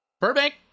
Burbank